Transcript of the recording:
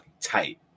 tight